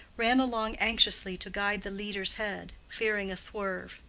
ran along anxiously to guide the leader's head, fearing a swerve.